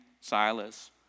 Silas